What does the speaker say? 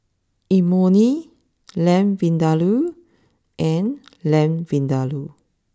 Imoni Lamb Vindaloo and Lamb Vindaloo